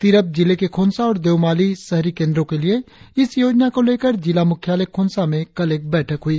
तिरप जिले के खोंसा और देओमाली शहरी केंद्रो के लिए इस योजना को लेकर जिला मुख्यालय खोंसा में एक बैठक हुई